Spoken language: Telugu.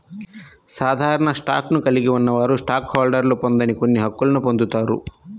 సాధారణ స్టాక్ను కలిగి ఉన్నవారు స్టాక్ హోల్డర్లు పొందని కొన్ని హక్కులను పొందుతారు